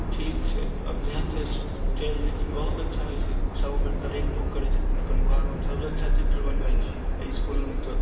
ठीक छै आब जेहेन छै चलि जाइ छै बहुत अच्छा वैसे सब हमर तारीफ खूब करै छथिन अपन अपन घरमे हमसब अच्छा चित्र बनबै छियै इसकुलमे तऽ